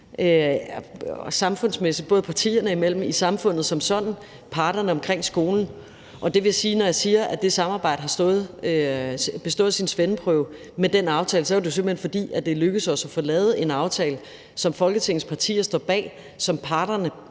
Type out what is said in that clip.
nationale test – både partierne imellem, i samfundet som sådan og blandt parterne omkring skolen – og det vil sige, at når jeg siger, at det samarbejde har bestået sin svendeprøve med den aftale, er det, simpelt hen fordi det lykkedes os at få lavet en aftale, som Folketingets partier står bag, som parterne